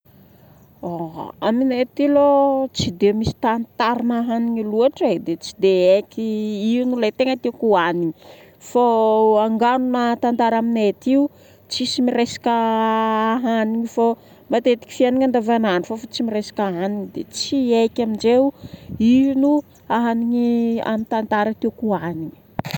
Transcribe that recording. Aminay aty aloha tsy dia misy tantarana hanigny loatra e. Dia tsy dia haiky ino ilay tegna tiako hohanigny. Fô angano na tantara aminay aty io, tsisy miresaka hanigny fô matetika fiaignana andavanandro fa efa tsy miresaka hanigny dia tsy haiky amin'izay ino hanigny amin'ny tantara tiako hohanigna.